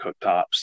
cooktops